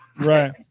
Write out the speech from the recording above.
right